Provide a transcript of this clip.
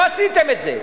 לא עשיתם את זה,